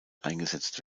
eingesetzt